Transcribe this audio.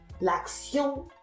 l'action